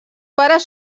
pares